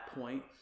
point